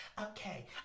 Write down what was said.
Okay